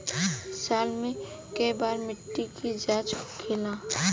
साल मे केए बार मिट्टी के जाँच होखेला?